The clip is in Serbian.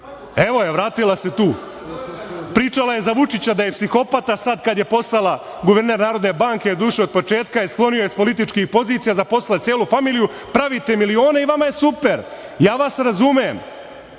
Evo je, vratila se tu. Pričala je za Vučića da je psihopata, sad kad je postala guverner Narodne banke, doduše od početka, sklonio je sa političkih pozicija, zaposlila je celu familiju, pravite milione i vama je super. Ja vas razumem.